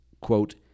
quote